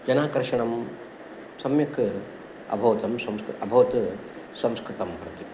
जनाकर्षणं सम्यक् अभवतं संस् अभवत् संस्कृतम् प्रति